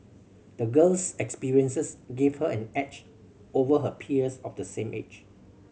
the girl's experiences gave her an edge over her peers of the same age